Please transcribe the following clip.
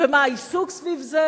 ומה העיסוק סביב זה?